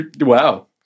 wow